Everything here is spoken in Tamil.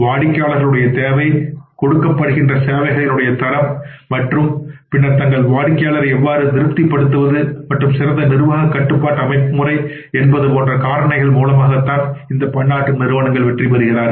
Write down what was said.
வாடிக்கையாளர்கள் உடைய தேவை கொடுக்கப்படுகின்ற சேவைகளின் தரம் மற்றும் பின்னர் தங்கள் வாடிக்கையாளரை எவ்வாறு திருப்திப்படுத்துவது மற்றும் சிறந்த நிர்வாக கட்டுப்பாட்டு அமைப்பு முறை என்பது போன்ற காரணிகள் மூலமாக அவர்கள் வெற்றி பெறுகிறார்கள்